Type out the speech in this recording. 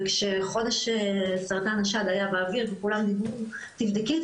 וכשחודש סרטן השד היה באוויר וכולם דיברו "תבדקי את